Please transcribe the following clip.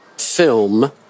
film